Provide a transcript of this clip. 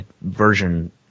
version